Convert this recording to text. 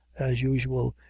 as usual,